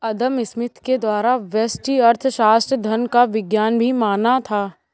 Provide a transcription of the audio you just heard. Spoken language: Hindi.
अदम स्मिथ के द्वारा व्यष्टि अर्थशास्त्र धन का विज्ञान भी माना था